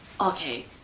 Okay